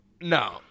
No